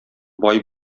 бай